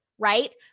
right